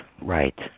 right